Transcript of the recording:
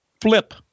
flip